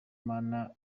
mana